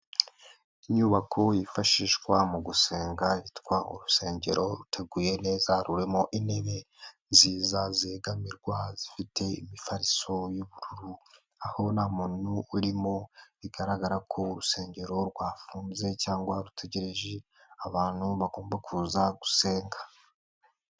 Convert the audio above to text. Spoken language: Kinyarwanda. Inyubako yifashishwa mu gusenga yitwa urusengero ruteguye neza rurimo intebe nziza zegamirwa zifite imifariso y'ubururu, aho nta muntu urimo bigaragara ko urusengero rwafunze, cyangwa rutegereje abantu bagomba kuza gusenga.